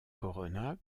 corona